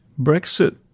Brexit